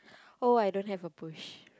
oh I don't have a push